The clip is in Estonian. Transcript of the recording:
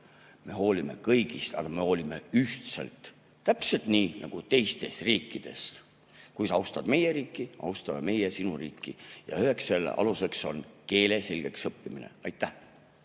Me hoolime kõigist, aga me hoolime ühtmoodi, täpselt nii nagu teistes riikides. Kui sa austad meie riiki, siis austame meie sinu riiki. Ja üheks selle aluseks on [kohaliku] keele selgeks õppimine. Aitäh!